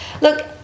look